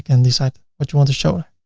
and decide what you want to show.